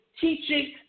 teaching